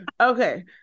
Okay